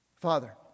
Father